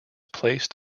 placed